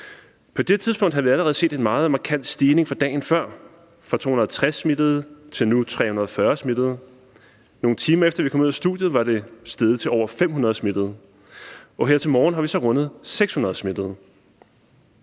På det tidspunkt havde vi allerede set en meget markant stigning fra dagen før – fra 260 smittede til nu 340 smittede. Nogle timer efter vi kom ud af studiet, var det steget til over 500 smittede, og her til morgen har vi så rundet 600 smittede.